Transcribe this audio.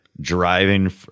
driving